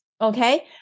okay